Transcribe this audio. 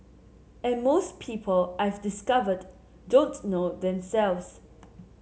and most people I've discovered don't know themselves